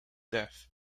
death